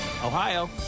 Ohio